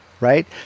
Right